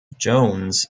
jones